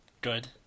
good